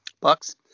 bucks